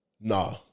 Nah